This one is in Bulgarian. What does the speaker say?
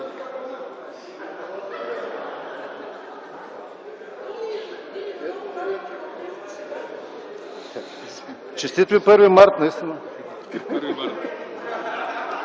Честит ви 1 март. Наистина.